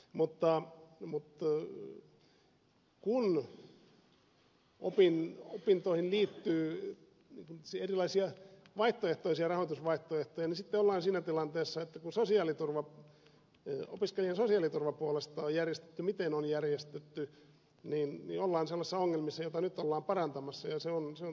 mutta kun opintoihin liittyy erilaisia vaihtoehtoisia rahoitusvaihtoehtoja sitten ollaan siinä tilanteessa että kun opiskelijan sosiaaliturva puolestaan on järjestetty miten on järjestetty ollaan sellaisissa ongelmissa joita nyt ollaan parantamassa ja korjaamassa